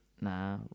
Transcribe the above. nah